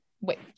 Wait